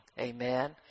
amen